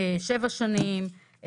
שבע שנים,